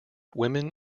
women